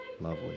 lovely